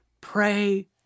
pray